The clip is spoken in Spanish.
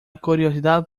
curiosidad